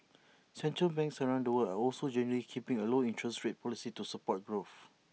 central banks around the world are also generally keeping A low interest rate policy to support growth